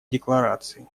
декларации